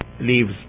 leaves